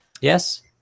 yes